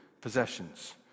possessions